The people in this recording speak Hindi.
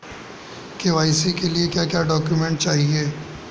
के.वाई.सी के लिए क्या क्या डॉक्यूमेंट चाहिए?